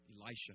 Elisha